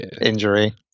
injury